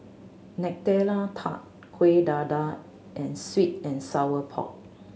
Nutella Tart Kueh Dadar and sweet and sour pork